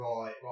Right